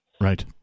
Right